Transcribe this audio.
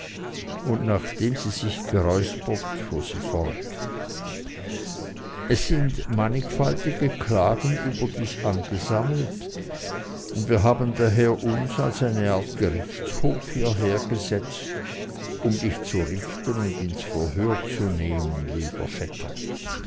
und nachdem sie sich geräuspert fuhr sie fort es sind mannigfaltige klagen über dich angesammelt und wir haben daher uns als eine art gerichtshof hierher gesetzt um dich zu richten und ins verhör zu nehmen lieber vetter